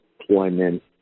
employment